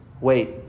wait